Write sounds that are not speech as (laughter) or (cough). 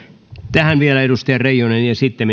tähän vielä edustaja reijonen ja sitten (unintelligible)